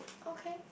okay